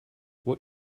what